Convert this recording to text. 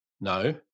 No